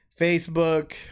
Facebook